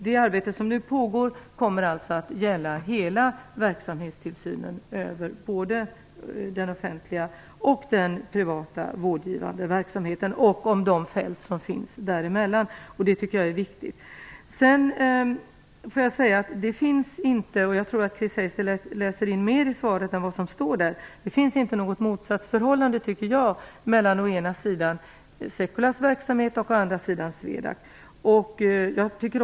Det arbete som nu pågår kommer alltså att gälla hela verksamhetstillsynen över både den offentliga och den privata vårdgivande verksamheten och det fält som finns däremellan. Jag tycker att det är viktigt. Jag tror att Chris Heister läser in mer i svaret än vad som står där. Det finns inte något motsatsförhållande mellan å ena sidan SEQULA:s verksamhet och å andra sidan SWEDAC:s verksamhet.